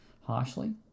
harshly